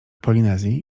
polinezji